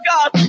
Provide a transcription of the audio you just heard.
God